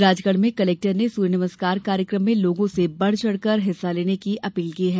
राजगढ़ में कलेक्टर ने सूर्य नमस्कार कार्यक्रम में लोगों से बढ़चढ़ कर हिस्सा लेने की अपील की है